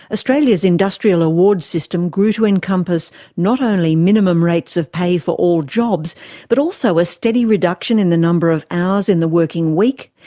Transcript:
australia's industrial awards system grew to encompass not only minimum rates of pay for all jobs but also a steady reduction in the number of hours in the working week,